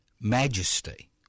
Majesty